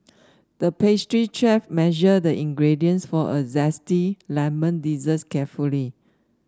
the pastry chef measured the ingredients for a zesty lemon dessert carefully